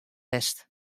west